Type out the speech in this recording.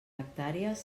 hectàrees